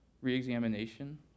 re-examination